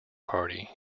party